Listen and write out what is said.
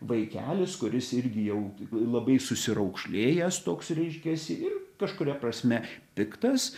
vaikelis kuris irgi jau labai susiraukšlėjęs toks reiškiasi ir kažkuria prasme piktas